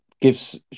gives